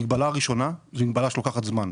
מגבלה ראשונה, זה לוקח זמן.